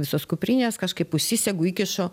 visos kuprinės kažkaip užsisegu įkišu